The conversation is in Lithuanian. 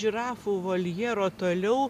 žirafų voljero toliau